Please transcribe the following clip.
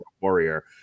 warrior